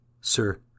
Sir